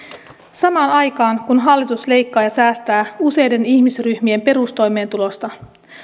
samaan aikaan kun hallitus leikkaa ja säästää useiden ihmisryhmien perustoimeentulosta